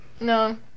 No